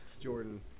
Jordan